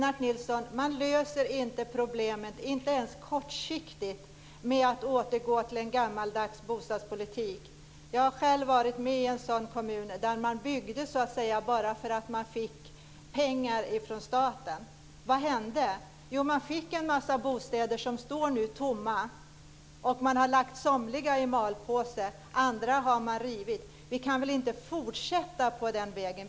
Fru talman! Man löser inte problemet, inte ens kortsiktigt, genom att återgå till en gammaldags bostadspolitik, Lennart Nilsson. Jag har själv erfarenhet från en sådan kommun där man byggde bara för att man fick pengar från staten. Vad hände? Jo, dessa bostäder står nu tomma. Somliga har lagts i malpåse, andra har rivits. Vi kan väl inte fortsätta på den vägen?